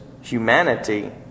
humanity